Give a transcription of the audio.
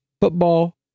football